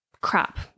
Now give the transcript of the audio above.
crap